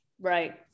Right